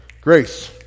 Grace